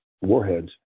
warheads